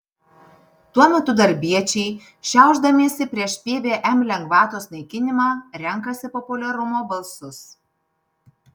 tuo metu darbiečiai šiaušdamiesi prieš pvm lengvatos naikinimą renkasi populiarumo balsus